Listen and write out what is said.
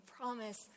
promise